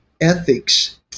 ethics